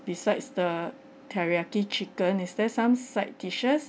besides the teriyaki chicken is there some side dishes